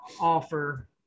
offer